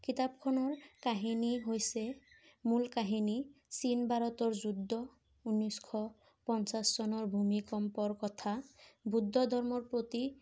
কিতাপখনৰ কাহিনী হৈছে মূল কাহিনী চীন ভাৰতৰ যুদ্ধ উনৈছশ পঞ্চাশ চনৰ ভূমিকম্পৰ কথা বৌদ্ধ ধৰ্মৰ প্ৰতি